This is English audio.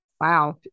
Wow